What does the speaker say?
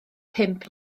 pump